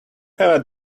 have